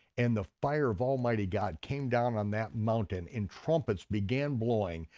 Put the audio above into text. and the fire of almighty god came down on that mountain, and trumpets began blowing.